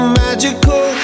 magical